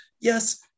Yes